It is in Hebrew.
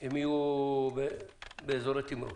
יהיו באזורי תמרוץ.